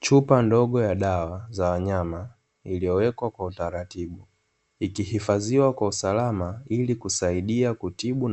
Chupa ndogo ya dawa iliyowekwa kwa utaratibu, ikihifadhiwa kwa usalama ili kusaidia kutibu